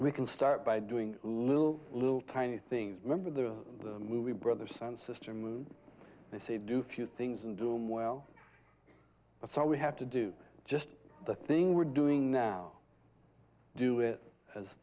we can start by doing little little tiny things remember the movie brother son sister they say do few things in doom well that's all we have to do just the things we're doing now do it as